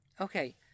Okay